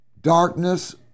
darkness